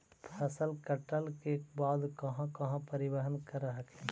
फसल कटल के बाद कहा कहा परिबहन कर हखिन?